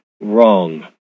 wrong